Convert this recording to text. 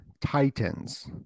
titans